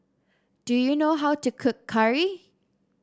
do you know how to cook curry